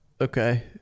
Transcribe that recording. okay